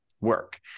work